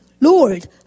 Lord